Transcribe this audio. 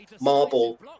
marble